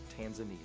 Tanzania